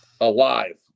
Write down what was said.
Alive